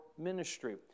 Ministry